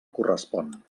correspon